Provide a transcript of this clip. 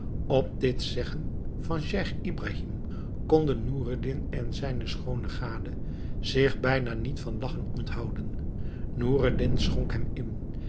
op dit zeggen van scheich ibrahim konden noureddin en zijne schoone gade zich bijna niet van lagchen onthouden noureddin schonk hem in